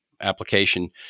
application